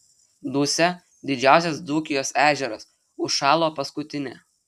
dusia didžiausias dzūkijos ežeras užšalo paskutinė